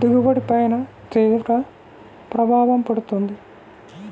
దిగుబడి పైన తీవ్ర ప్రభావం పడుతుంది